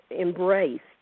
embraced